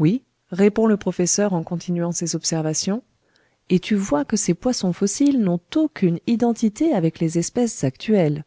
oui répond le professeur en continuant ses observations et tu vois que ces poissons fossiles n'ont aucune identité avec les espèces actuelles